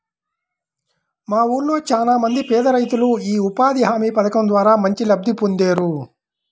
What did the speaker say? మా ఊళ్ళో చానా మంది పేదరైతులు యీ ఉపాధి హామీ పథకం ద్వారా మంచి లబ్ధి పొందేరు